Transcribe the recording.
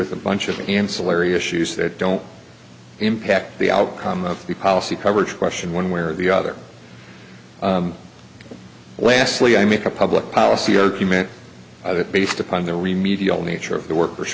with a bunch of ancillary issues that don't impact the outcome of the policy coverage question one way or the other lastly i make a public policy document based upon the remediate nature of the worker